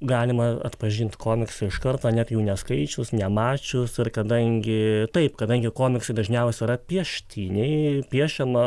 galima atpažint komiksą iš karto net jų neskaičius nemačius ar kadangi taip kadangi komiksiai dažniausiai yra pieštiniai piešiama